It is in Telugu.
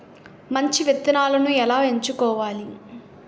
మంచి విత్తనాలను ఎలా ఎంచుకోవాలి?